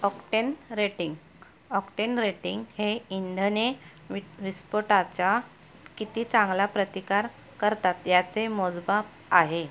octane rating octane rating हे इंधने विस्फोटाचा किती चांगला प्रतिकार करतात याचे मोजमाप आहे